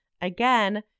Again